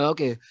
Okay